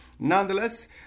Nonetheless